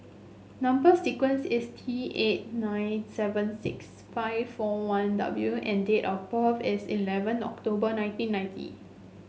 number sequence is T eight nine seven six five four one W and date of birth is eleven October nineteen ninety